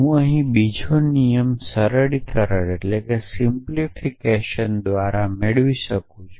હું અહીં બીજો નિયમ સરળિકરણ દ્વારા મેળવી શકું છું